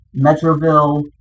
Metroville